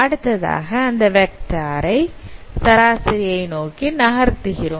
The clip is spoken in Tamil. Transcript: அடுத்ததாக அந்த வெக்டார் ஐ சராசரியை நோக்கி நகர்கிறோம்